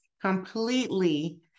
completely